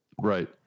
Right